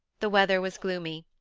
the weather was gloomy.